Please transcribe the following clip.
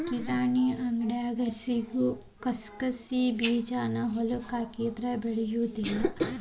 ಕಿರಾಣಿ ಅಂಗಡ್ಯಾಗ ಸಿಗು ಕಸಕಸಿಬೇಜಾನ ಹೊಲಕ್ಕ ಹಾಕಿದ್ರ ಬೆಳಿಯುದಿಲ್ಲಾ